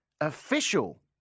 official